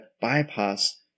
bypass